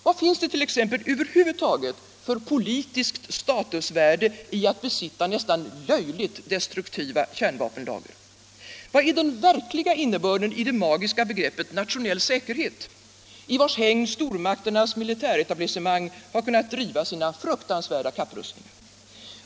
Vad finns det t.ex. över huvud taget för politiskt statusvärde i att besitta nästan löjligt destruktiva kärnvapen? Vad är den verkliga innebörden av det magiska begreppet nationell säkerhet, i vars hägn stormakternas militäretablissemang har kunnat driva sina fruktansvärda kapprustningar?